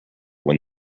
when